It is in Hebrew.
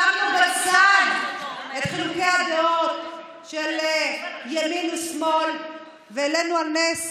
שמנו בצד את חילוקי הדעות של ימין ושמאל והעלינו על נס